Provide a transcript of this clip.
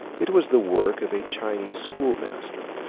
it was the work of a chinese schoolmaster,